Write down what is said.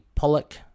Pollock